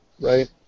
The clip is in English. right